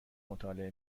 مطالعه